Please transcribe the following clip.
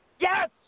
Yes